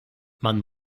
man